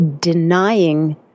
denying